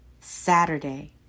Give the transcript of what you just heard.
Saturday